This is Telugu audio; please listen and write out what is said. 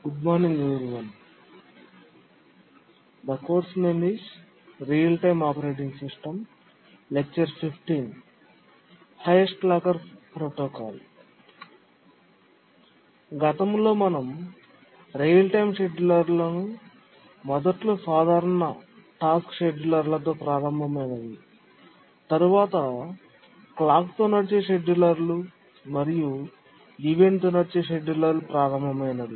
గతంలో రియల్ టైమ్ షెడ్యూలర్లు మొదట్లో సాధారణ టాస్క్ షెడ్యూలర్లతో ప్రారంభమై నవి తరువాత క్లాక్ తో నడిచే షెడ్యూలర్లు మరియు ఈవెంట్ తో నడిచే షెడ్యూలర్లు ప్రారంభమైనవి